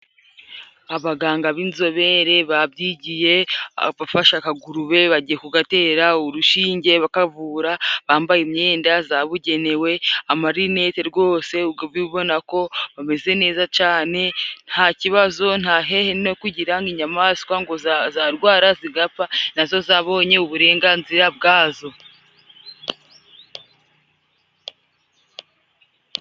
Abaganga b'inzobere babyigiye bafashe , akagurube bagiye kugatera urushinge bakavura bambaye imyenda zabugenewe , amarinete rwose ubibona ko bameze neza cane nta kibazo , nta hehe no kugira ngo inyamaswa ngo zarwara zigapfa , nazo zabonye uburenganzira bwazo.